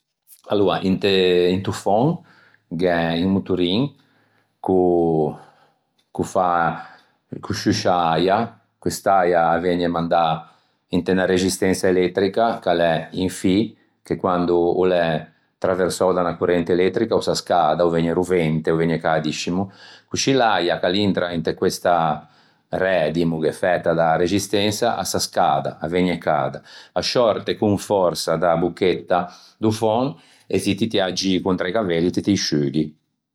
Aloa inte into phon gh'é un motorin ch'o fa ch'o sciuscia äia, quest'äia a vëgne mandâ inte unna rexistensa elettrica ch'a l'é un fî che quando o l'é traversou da unna corrente elettrica o s'ascada, o vëgne rovente, o vëgne cädiscimo. Coscì l'äia ch'a l'intra inte questa ræ dimmoghe fæta da-a rexistensa, a s'ascada, a vëgne cada, a sciòrte con fòrsa da-a bocchetta do phon e ti ti ti â gii contra i cavelli e ti te î sciughi.